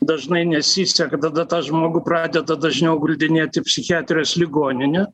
dažnai nesiseka tada tą žmogų pradeda dažniau guldinėt į psichiatrijos ligoninę